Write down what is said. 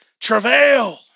travail